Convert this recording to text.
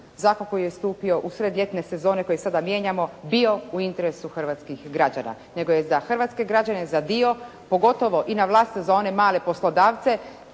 zakon koji je stupio u sred ljetne sezone koji sada mijenjamo bio u interesu hrvatskih građana, nego je za hrvatske građane za dio pogotovo i navlastito za one male poslodavce